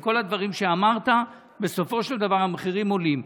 עם כל הדברים שאמרת, בסופו של דבר המחירים עולים.